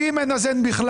ואם אין אז אין בכלל.